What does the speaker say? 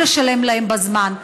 וגם לא משלם להם בזמן,